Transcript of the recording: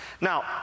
Now